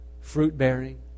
fruit-bearing